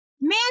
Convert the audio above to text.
man